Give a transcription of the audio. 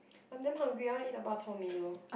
I'm damn hungry I want to eat the bak-chor-mee though